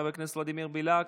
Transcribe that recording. חבר הכנסת ולדימיר בליאק,